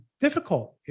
difficult